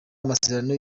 amasezerano